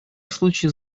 случае